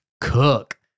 cook